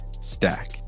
stack